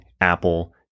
Apple